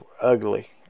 ugly